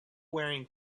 wearing